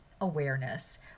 awareness